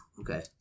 okay